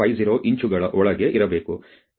0050 ಇಂಚುಗಳ ಒಳಗೆ ಇರಬೇಕು